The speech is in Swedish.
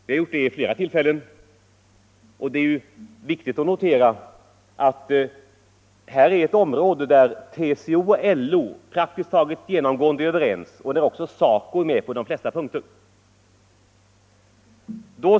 Det har vi gjort vid flera tillfällen — det är viktigt att notera att detta är ett område där TCO och LO praktiskt taget genomgående är överens och där också SACO är med på de flesta punkter.